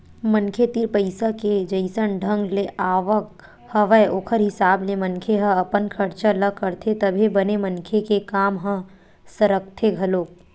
मनखे तीर पइसा के जइसन ढंग ले आवक हवय ओखर हिसाब ले मनखे ह अपन खरचा ल करथे तभे बने मनखे के काम ह सरकथे घलोक